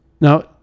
now